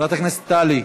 חברת הכנסת טלי,